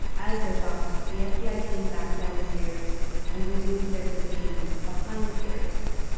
as they talked, the fbi ah team backed down the stairs and resumed their position behind gary.